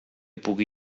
pugui